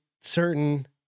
certain